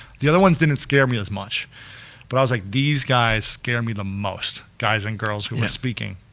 the other ones didn't and scare me as much but i was like, these guys scare me the most, guys and girls who are speaking.